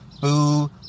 boo